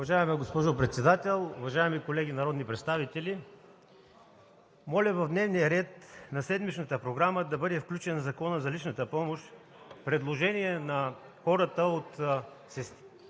Уважаема госпожо Председател, уважаеми колеги народни представители! Моля в дневния ред на седмичната програма да бъде включен Законът за личната помощ – предложение на хората от „Системата